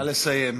נא לסיים.